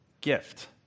gift